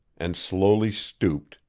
and slowly stooped,